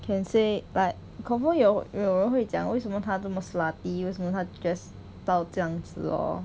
can say but confirm 有有人会讲为什么他这么 slutty 为什么他 dress 到这样子 orh